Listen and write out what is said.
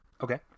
Okay